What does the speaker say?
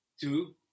Two